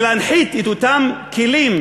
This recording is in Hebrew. ולהנחית את אותם כלים